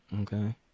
Okay